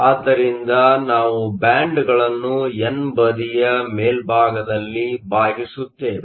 ಆದ್ದರಿಂದ ನಾವು ಬ್ಯಾಂಡ್ಗಳನ್ನು ಎನ್ ಬದಿಯ ಮೇಲ್ಭಾಗದಲ್ಲಿ ಬಾಗಿಸುತ್ತೇವೆ